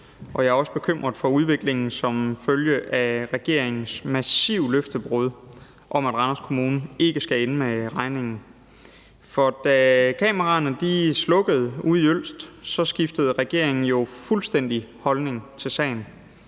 Jeg er også bekymret for udviklingen som følge af regeringens massive løftebrud, i forhold til at Randers Kommune ikke skal ende med regningen. For da kameraerne slukkede ude i Ølst, skiftede regeringen jo fuldstændig holdning til sagen.